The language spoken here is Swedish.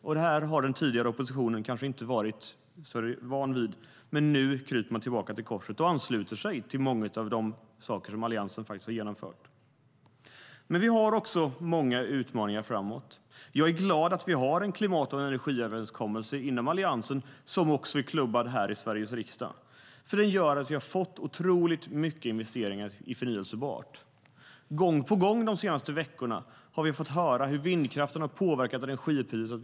Det här har den tidigare oppositionen kanske inte varit så van vid, men nu kryper man tillbaka till korset och ansluter sig till många av de saker som Alliansen genomfört. Men vi har också många utmaningar framöver. Jag är glad att vi inom Alliansen har en klimat och energiöverenskommelse som också är klubbad här i Sveriges riksdag. Den har gjort att vi fått otroligt mycket investeringar i förnybart. Gång på gång de senaste veckorna har vi fått höra hur vindkraften påverkat energipriserna.